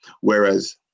whereas